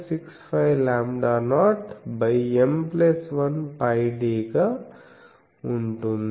65λ0M1πd గా ఉంటుంది